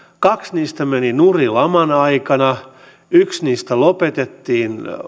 kaksi niistä meni nurin laman aikana yksi niistä lopetettiin